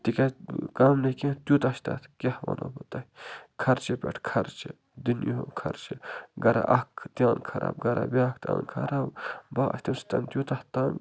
تِکیٛازِ کَم نہٕ کیٚنہہ تیوٗتاہ چھِ تَتھ کیٛاہ وَنو بہٕ تۄہہِ خرچہِ پٮ۪ٹھ خرچہِ دُنیِہُک خرچہِ گَرا اَکھ تیٛان خراب گَرا بیٛاکھ تان خراب بہٕ آس تَمہِ سۭتۍ تیوٗتاہ تنٛگ